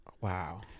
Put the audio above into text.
Wow